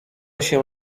się